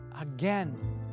again